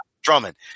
Drummond